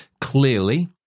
clearly